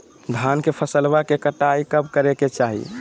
धान के फसलवा के कटाईया कब करे के चाही?